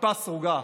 כיפה סרוגה.